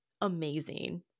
amazing